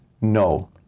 No